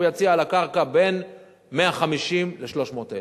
הוא יציע על הקרקע בין 150,000 ל-300,000.